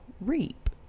reap